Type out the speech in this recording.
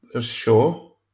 Sure